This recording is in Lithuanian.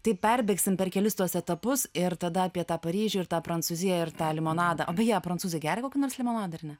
tai perbėgsime per kelis tuos etapus ir tada apie tą paryžių ir tą prancūziją ir tą limonadą o beje prancūzai geria kokį nors limonadą ir ne